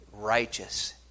righteous